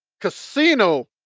casino